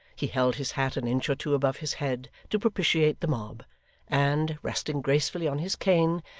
he held his hat an inch or two above his head, to propitiate the mob and, resting gracefully on his cane,